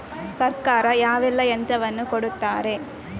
ಸರ್ಕಾರ ಯಾವೆಲ್ಲಾ ಯಂತ್ರವನ್ನು ಕೊಡುತ್ತಾರೆ?